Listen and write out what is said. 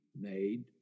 made